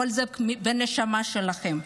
כל זה בנשמה שלכם.